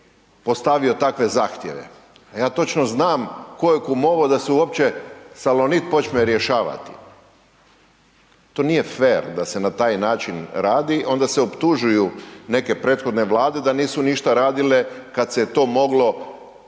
postavio takve zahtjeve, a ja točno znam tko je kumovao da se uopće Salonit počne rješavati. To nije fer da se na taj način radi, onda se optužuju neke prethodne vlade da nisu ništa radile kad se to moglo istim,